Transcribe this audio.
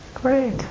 Great